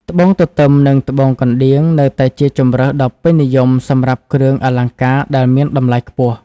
ត្បូងទទឹម និងត្បូងកណ្ដៀង នៅតែជាជម្រើសដ៏ពេញនិយមសម្រាប់គ្រឿងអលង្ការដែលមានតម្លៃខ្ពស់។